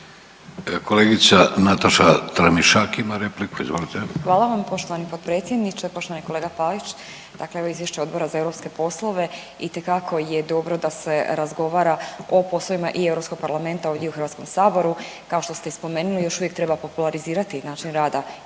Kolegica Nataša Tramišak ima repliku. Izvolite. **Tramišak, Nataša (HDZ)** Hvala vam poštovani potpredsjedniče, poštovani kolega Pavić. Dakle, evo Izvješće Odbora za europske poslove itekako je dobro da se razgovara o poslovima i Europskog parlamenta ovdje u Hrvatskom saboru. kao što ste i spomenuli još uvijek treba popularizirati način rada